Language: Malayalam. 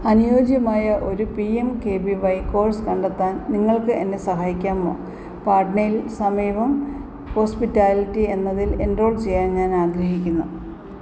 അനുയോജ്യമായ ഒരു P M K V Y course കണ്ടെത്താൻ നിങ്ങൾക്ക് എന്നെ സഹായിക്കാമോ പാട്നയിൽ സമീപം ഹോസ്പിറ്റാലിറ്റി എന്നതിൽ എൻറോൾ ചെയ്യാൻ ഞാൻ ആഗ്രഹിക്കുന്നു